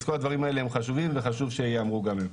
אז כל הדברים האלה הם חשובים, וחשוב שיאמרו גם הם.